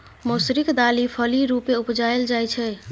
मौसरीक दालि फली रुपेँ उपजाएल जाइ छै